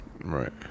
Right